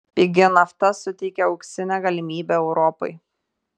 pigi nafta suteikia auksinę galimybę europai